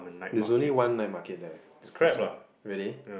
it's only one night market there it's this one really